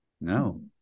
No